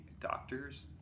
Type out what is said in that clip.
doctors